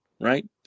right